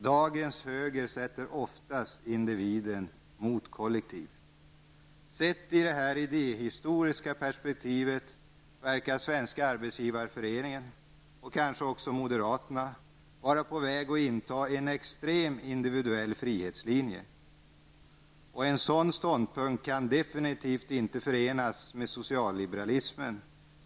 Dagens höger sätter oftast individen mot kollektivet. Sett i detta idéhistoriska perspektiv verkar Svenska arbetsgivareföreningen och kanske också moderaterna vara på väg att inta en extrem individuell frihetslinje. En sådan ståndpunkt kan definitivt inte förenas med socialliberalismen.